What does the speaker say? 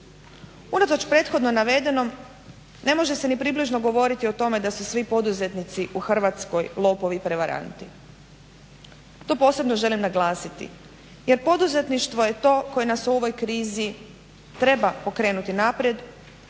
Unatoč prethodnom navedenom, ne može se ni približno govoriti o tome da su svi poduzetnici u Hrvatskoj lopovi i prevaranti. To posebno želim naglasiti jer poduzetništvo je to koje nas u ovoj krizi treba pokrenuti naprijed